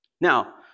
Now